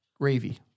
gravy